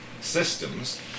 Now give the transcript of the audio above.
systems